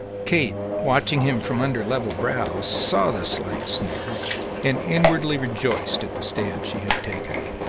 kate, watching him from under level brows, saw the slight sneer and inwardly rejoiced at the stand she had taken.